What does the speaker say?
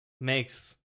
makes